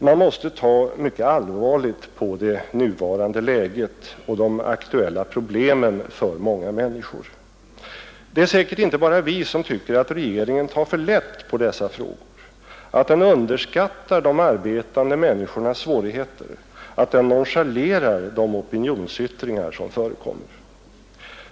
Man måste ta mycket allvarligt på det nuvarande läget och de aktuella problemen för många människor. Det är säkert inte bara vi som tycker att regeringen tar för lätt på dessa frågor, att den underskattar de arbetande människornas svårigheter, att den nonchalerar de opinionsyttringar som förekommer.